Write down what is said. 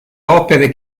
opere